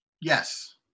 yes